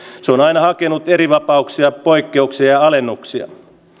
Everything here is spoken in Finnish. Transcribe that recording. on aina hakenut erivapauksia poikkeuksia ja ja alennuksia